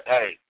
Hey